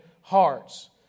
hearts